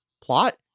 plot